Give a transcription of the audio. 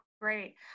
great